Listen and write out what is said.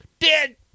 Dead